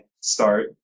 start